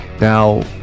Now